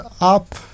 up